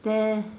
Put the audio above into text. there